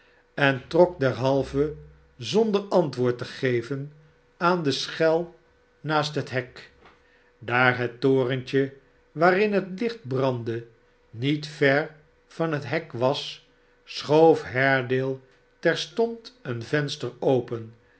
en trok derhalve zonder antwoord te geven aan de schel naast het hek daar het torentje waarin het licht brandde niet ver van het hek was schoof haredale terstond een venster open